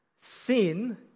Sin